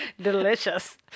delicious